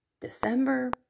December